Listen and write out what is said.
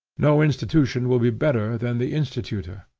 no institution will be better than the institutor.